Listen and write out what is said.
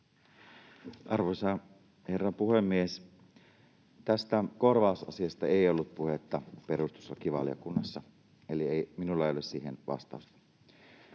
Arvoisa herra puhemies! Tästä korvausasiasta ei ollut puhetta perustuslakivaliokunnassa, eli minulla ei ole siihen vastausta.